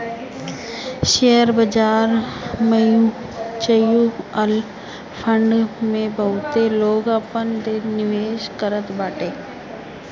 share बाजार, mutual fund में बहुते लोग आपन निवेश करत बाटे